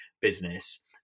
business